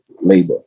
labor